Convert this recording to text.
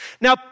Now